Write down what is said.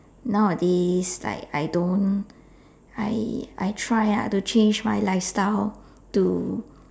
nowadays like I don't I I try lah to change my lifestyle to